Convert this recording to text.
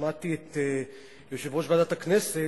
כששמעתי את יושב-ראש ועדת הכנסת,